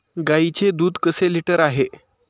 गाईचे दूध कसे लिटर आहे?